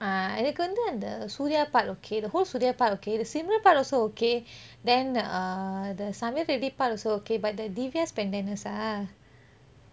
ah எனக்கு வந்து அந்த:ennaku vanthu antha surya part okay the whole surya part okay the simran part also okay then uh the sameera reddy part also okay but the divya spandanas ah